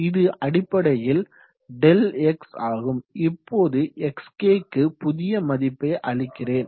இது அடிப்படையில் Δx ஆகும் இப்போது xkக்கு புதிய மதிப்பை அளிக்கிறேன்